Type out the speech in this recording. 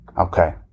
Okay